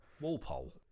Walpole